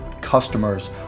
customers